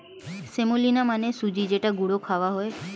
semolina মানে সুজি যেটা গুঁড়ো খাওয়া হয়